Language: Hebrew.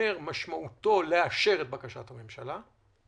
פירושו לאשר את בקשת הממשלה.